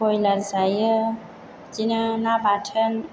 बयलार जायो बिदिनो ना बाथोन